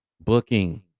Booking